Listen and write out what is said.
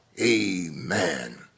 Amen